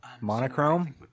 monochrome